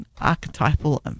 archetypal